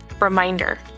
reminder